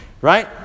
right